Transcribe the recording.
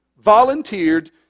volunteered